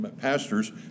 pastor's